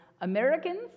Americans